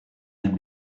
lend